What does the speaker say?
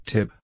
Tip